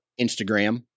Instagram